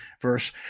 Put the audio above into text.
verse